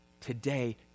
Today